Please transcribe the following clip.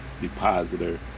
depositor